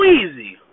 easy